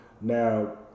Now